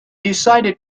decided